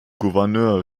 gouverneur